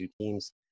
teams